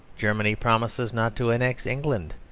germany promises not to annex england.